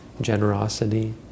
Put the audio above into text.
generosity